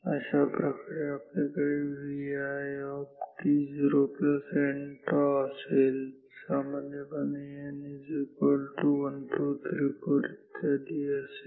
अशाप्रकारे आपल्याकडे Vit0nτ असेल सामान्यपणे n 1 2 3 4 इत्यादी असेल